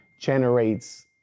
generates